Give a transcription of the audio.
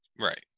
right